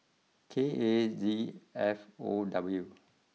K A Z F O W